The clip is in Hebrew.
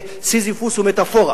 וסיזיפוס הוא מטאפורה